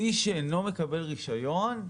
מי שאינו מקבל רישיון,